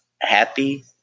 Happy